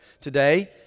Today